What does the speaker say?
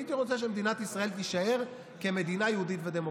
הייתי רוצה שמדינת ישראל תישאר מדינה יהודית ודמוקרטית.